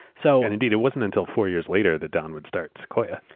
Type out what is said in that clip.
so and indeed. it wasn't until four years later that don would start sequoia.